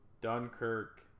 Dunkirk